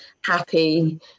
happy